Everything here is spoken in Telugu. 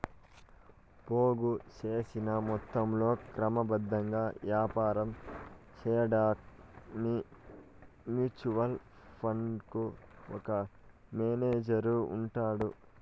పోగు సేసిన మొత్తంలో క్రమబద్ధంగా యాపారం సేయడాన్కి మ్యూచువల్ ఫండుకు ఒక మేనేజరు ఉంటాడు